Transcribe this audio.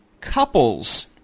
couples